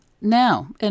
Now